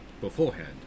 beforehand